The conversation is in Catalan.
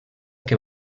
que